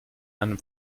einem